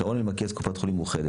שרון אלמקייס, קופת חולים מאוחדת.